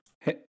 Hey